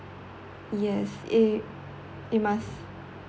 yes it it must